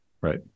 Right